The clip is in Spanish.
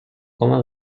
coma